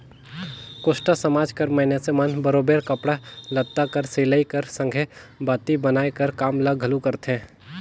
कोस्टा समाज कर मइनसे मन बरोबेर कपड़ा लत्ता कर सिलई कर संघे बाती बनाए कर काम ल घलो करथे